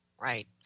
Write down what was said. right